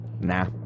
Nah